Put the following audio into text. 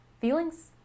Feelings